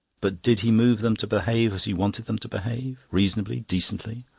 but did he move them to behave as he wanted them to behave reasonably, decently,